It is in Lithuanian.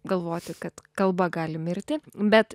galvoti kad kalba gali mirti bet